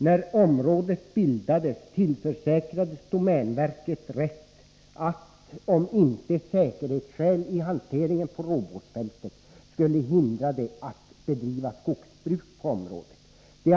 När området bildades, tillförsäkrades domänverket rätt att, om inte säkerhetshänsyn isamband med hanteringen på robotfältet skulle hindra det, bedriva skogsbruk på området.